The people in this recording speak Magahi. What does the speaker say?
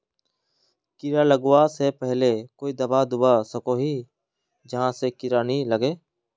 कीड़ा लगवा से पहले कोई दाबा दुबा सकोहो ही जहा से कीड़ा नी लागे?